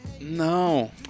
No